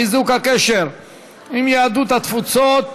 חיזוק הקשר עם יהדות התפוצות),